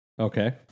Okay